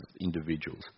individuals